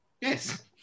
Yes